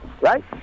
right